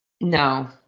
No